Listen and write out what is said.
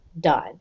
done